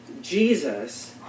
Jesus